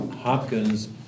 Hopkins